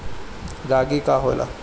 रागी का होला?